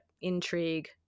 intrigue